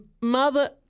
mother